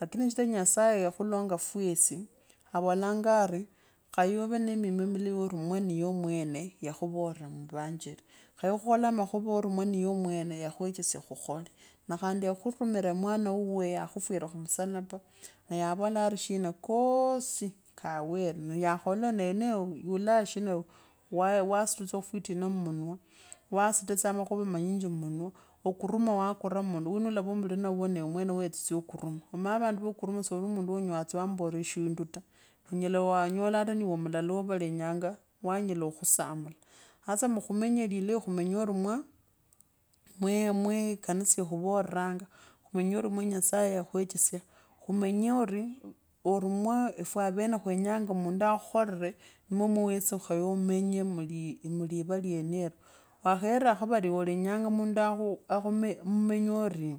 lakini shichira nyasaye ya khulenga fwesi, ovulanga ari khaye ove nende mima milai, or mwaniye awewene, yakwara muvanjari khaye khukhole makhuva mwa niyeomwene yakwachesya khukhole na khandi ya khurumira mwana wawe ya khufwina khurusalaka naye ya vola arishana koosi kawere niya kholo neyeneye yuleshina au waasta tsa fwitini muunwa jwaatsa makhure manyinji manwa okururua wakara munwa wina ulavei mulina wuuwo na ewe mwene wa yetsasya be khuruma omanye vandu voo kurame shivali vandu voo khutsya khumuvolera shindu ta onyela wanyola ata niwe mulala wavalenyanga wanyela oklhusamule hasa mukhamanye lilai khumenye eri mwa muemwa kanisa ikhuriranga khumonyeori mwe nyasaye ya khwethesyee, khumanye orii ori mwaefwe awene kkwenyanga mundu akhukhore ni mwo mwamwasi wenya omenya vili midimanga iyenovo, khwakhera khevali ewe oruwemo olenyanga mundu mumenyeani.